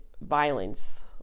violence